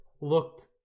looked